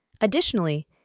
Additionally